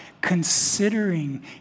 considering